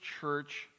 church